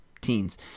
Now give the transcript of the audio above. teens